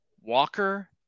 Walker